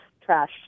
trash